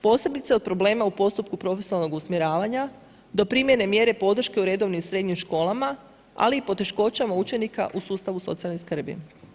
Posebice od problema u postupku profesionalnog usmjeravanja do primjene mjere podrške u redovnim srednjim školama, ali i poteškoćama učenika u sustavu socijalne skrbi.